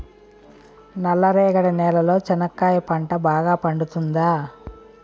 నల్ల రేగడి నేలలో చెనక్కాయ పంట బాగా పండుతుందా?